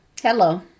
Hello